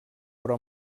però